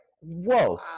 whoa